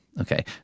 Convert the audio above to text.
Okay